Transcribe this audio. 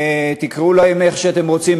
תקראו להם איך שאתם רוצים,